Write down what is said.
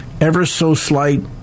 ever-so-slight